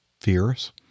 fears